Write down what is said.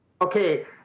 Okay